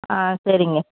ஆ சரிங்க